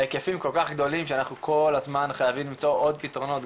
ההיקפים כל כך גדולים שאנחנו כל הזמן חייבים ליצור עוד פתרונות,